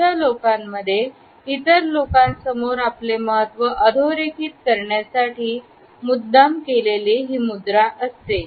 अशा लोकांमध्ये इतर लोकांसमोर आपले महत्त्व अधोरेखित करण्यासाठी मुद्दाम केलेली ही मुद्रा असते